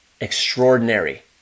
extraordinary